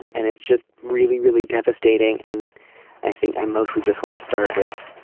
and it's just really really devastating. and i think i mostly just want to start with.